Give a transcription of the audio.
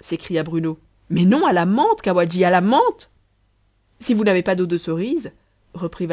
s'écria bruno mais non à la menthe cawadji à la menthe si vous n'avez pas d'eau de cerise reprit